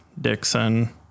Dixon